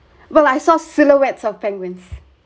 well I saw silhouettes of penguins